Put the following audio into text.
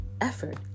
effort